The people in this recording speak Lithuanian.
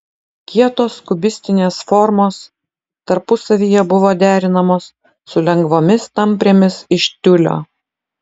kietos kubistinės formos tarpusavyje buvo derinamos su lengvomis tamprėmis iš tiulio